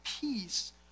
peace